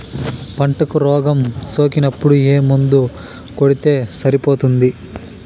పంటకు రోగం సోకినపుడు ఏ మందు కొడితే సరిపోతుంది?